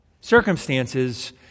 Circumstances